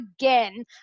again